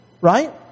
Right